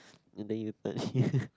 and then you touch here